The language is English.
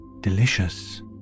delicious